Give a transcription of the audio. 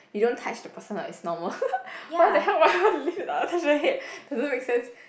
you don't touch the person lah it's normal why the hell would I want to lift it up and touch the head doesn't make sense